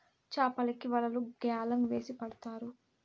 చాపలకి వలలు గ్యాలం వేసి పడతారు